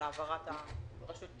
על העברת הרשות.